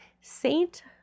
Saint